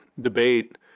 debate